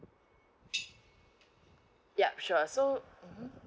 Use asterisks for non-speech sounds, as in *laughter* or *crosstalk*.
*noise* yup sure so (uh huh)